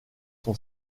son